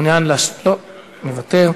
מוותר.